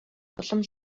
улам